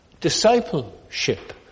discipleship